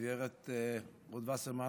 גב' וסרמן,